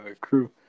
crew